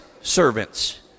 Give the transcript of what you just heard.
servants